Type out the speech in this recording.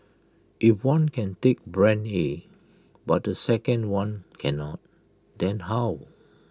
if one can take Brand A but the second one cannot then how